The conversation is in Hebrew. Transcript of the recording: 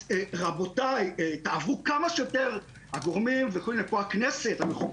אז רבותיי, תעברו כמה שיותר, הגורמים, הכנסת,